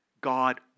God